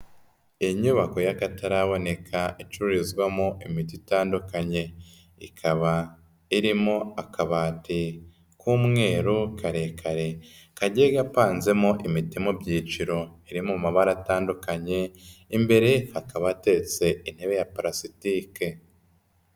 Inyubako y'akataraboneka, icururizwamo imiti itandukanye. Ikaba irimo akabati k'umweru, karekare. Kagiye gapanzemo imiti mu byiciro. Iri mu mabara atandukanye, imbere hakaba hateretse intebe ya parasitike.